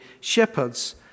shepherds